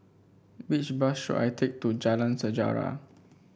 which bus should I take to Jalan Sejarah